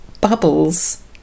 Bubbles